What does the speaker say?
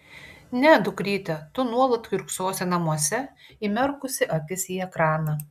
ne dukryte tu nuolat kiurksosi namuose įmerkusi akis į ekraną